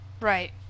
Right